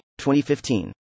2015